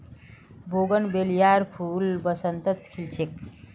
बोगनवेलियार फूल बसंतत खिल छेक